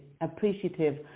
appreciative